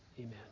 amen